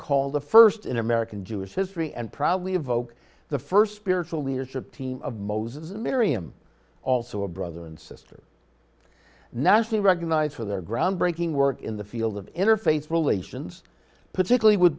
called the first in american jewish history and proudly evoke the first spiritual leadership team of moses miriam also a brother and sister nationally recognized for their groundbreaking work in the field of interfaith relations particularly with